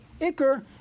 Iker